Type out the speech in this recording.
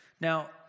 Now